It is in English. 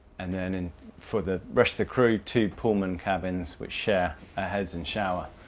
and then for the rest of the crew two pullman cabins, which share a heads and shower,